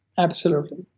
absolutely.